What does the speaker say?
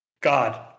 God